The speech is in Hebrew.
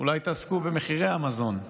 אולי תעסקו במחירי המזון.